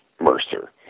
Mercer